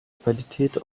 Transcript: qualität